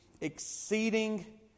exceeding